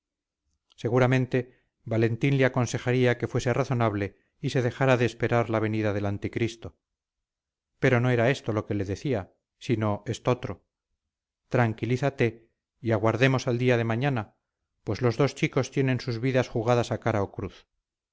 seguramente valentín le aconsejaría que fuese razonable y se dejara de esperar la venida del anticristo pero no era esto lo que le decía sino estotro tranquilízate y aguardemos al día de mañana pues los dos chicos tienen sus vidas jugadas a cara o cruz